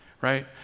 right